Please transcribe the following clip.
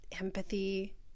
empathy